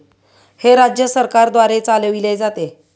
हे राज्य सरकारद्वारे चालविले जाते